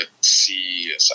see